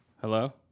Hello